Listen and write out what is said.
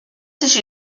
sich